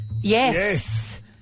Yes